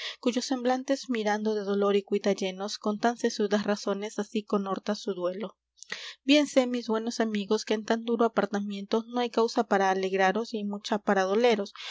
cuyos semblantes mirando de dolor y cuita llenos con tan sesudas razones así conhorta su duelo bien sé mis buenos amigos que en tan duro apartamiento no hay causa para alegraros y hay mucha para doleros